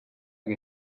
que